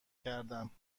کردم